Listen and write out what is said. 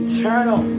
Eternal